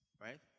right